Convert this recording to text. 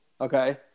okay